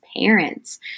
parents